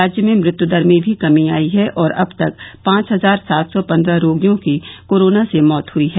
राज्य में मृत्युदर में भी कमी आई है और अब तक पांच हजार सात सौ पन्द्रह रोगियों की कोरोना से मौत हुई है